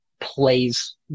play's